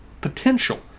potential